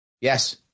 Yes